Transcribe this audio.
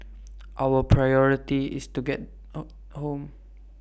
our priority is to get home home